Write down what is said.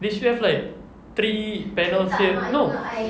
they should have like three panels here no